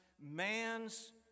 man's